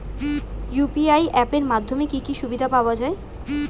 UPI app এর মাধ্যমে কি কি সুবিধা পাওয়া যায়?